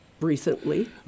recently